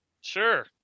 Sure